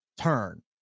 turn